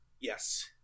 Yes